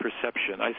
perception